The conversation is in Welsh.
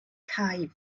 cae